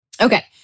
Okay